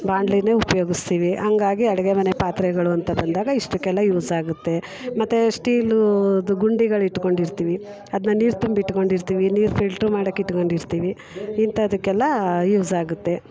ಬಾಣ್ಲೆನೇ ಉಪ್ಯೋಗಿಸ್ತೀವಿ ಹಂಗಾಗಿ ಅಡುಗೆ ಮನೆ ಪಾತ್ರೆಗಳು ಅಂತ ಬಂದಾಗ ಇಷ್ಟಕ್ಕೆಲ್ಲ ಯೂಸಾಗತ್ತೆ ಮತ್ತೆ ಸ್ಟೀಲುದು ಗುಂಡಿಗಳು ಇಡ್ಕೊಂಡಿರ್ತೀವಿ ಅದನ್ನ ನೀರು ತುಂಬಿಟ್ಟುಕೊಂಡಿರ್ತೀವಿ ನೀರು ಫಿಲ್ಟ್ರ್ ಮಾಡೋಕೆ ಇಟ್ಕೊಂಡಿರ್ತೀವಿ ಇಂಥಾದಕ್ಕೆಲ್ಲ ಯೂಸಾಗತ್ತೆ